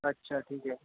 ठीक आहे